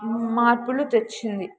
మార్పులు తెచ్చింది